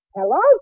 Hello